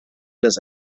des